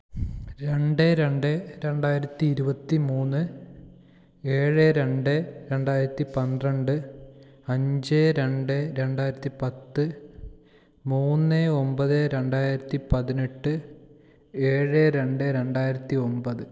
രണ്ട് രണ്ട് രണ്ടായിരത്തി ഇരുപത്തി മൂന്ന് ഏഴ് രണ്ട് രണ്ടായിരത്തി പന്ത്രണ്ട് അഞ്ച് രണ്ട് രണ്ടായിരത്തി പത്ത് മൂന്ന് ഒമ്പത് രണ്ടായിരത്തി പതിനെട്ട് ഏഴ് രണ്ട് രണ്ടായിരത്തി ഒമ്പത്